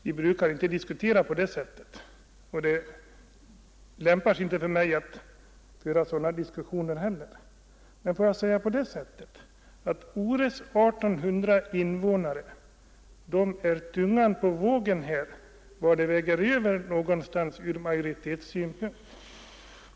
Vi brukar inte diskutera på det sättet, och det lämpar sig heller inte för mig att föra sådana diskussioner. Men låt mig säga att Ores 1 800 invånare är tungan på vågen. De har avgörandet i majoritetsfrågan.